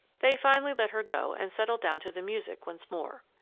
they finally let her go and settled down to the music once more.